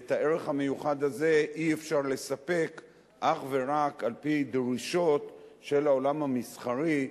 ואת הערך המיוחד הזה אי-אפשר לספק אך ורק על-פי דרישות של העולם המסחרי,